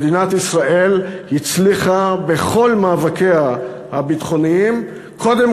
מדינת ישראל הצליחה בכל מאבקיה הביטחוניים קודם